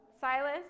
Silas